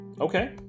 Okay